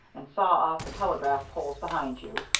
and saw off the telegraph poles behind you.